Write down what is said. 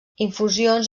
infusions